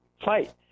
fight